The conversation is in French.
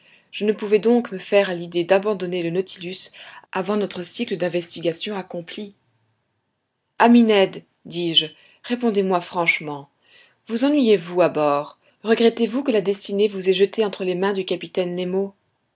je ne pouvais donc me faire à cette idée d'abandonner le nautilus avant notre cycle d'investigations accompli ami ned dis-je répondez-moi franchement vous ennuyez-vous à bord regrettez-vous que la destinée vous ait jeté entre les mains du capitaine nemo